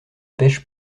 pêche